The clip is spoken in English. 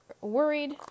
worried